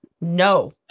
No